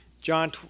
John